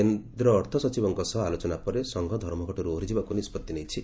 କେନ୍ଦ୍ର ଅର୍ଥସଚିବଙ୍କ ସହ ଆଲୋଚନାପରେ ସଂଘ ଧର୍ମଘଟରୁ ଓହରିଯିବାକୁ ନିଷ୍ବଉି ନେଇଛି